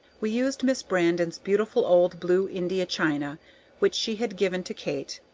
we used miss brandon's beautiful old blue india china which she had given to kate,